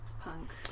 punk